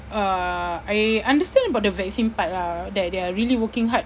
uh I understand about the vaccine part lah that they're really working hard